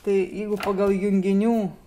tai jeigu pagal junginių